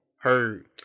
heard